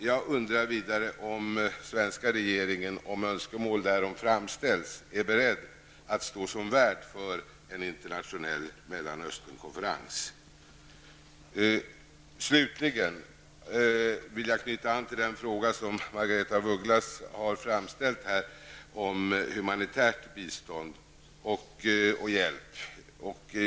Jag undrar vidare om den svenska regeringen är beredd att stå som värd för en internationell Mellanösternkonferens om önskemål därom framställs. Jag vill slutligen knyta an till den fråga som Margaretha af Ugglas här framställt om humanitärt bistånd och hjälp.